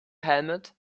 helmet